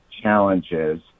challenges